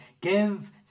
give